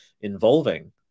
involving